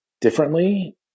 differently